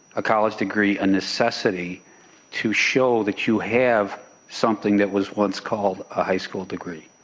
a college degree, a necessity to show that you have something that was once called a high school degree?